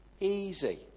Easy